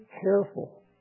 careful